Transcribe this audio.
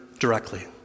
directly